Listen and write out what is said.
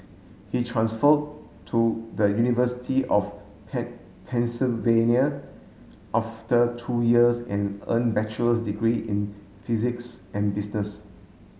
he transfer to the University of Pennsylvania after two years and earn bachelor's degree in physics and business